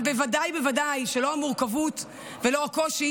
אבל בוודאי ובוודאי שלא המורכבות ולא קושי